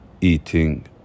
eating